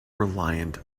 reliant